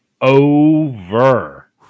over